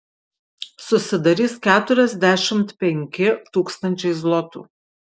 susidarys keturiasdešimt penki tūkstančiai zlotų